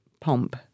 pomp